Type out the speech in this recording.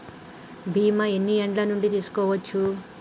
బీమా ఎన్ని ఏండ్ల నుండి తీసుకోవచ్చు?